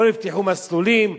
לא נפתחו מסלולים,